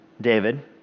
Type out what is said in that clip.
David